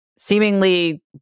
seemingly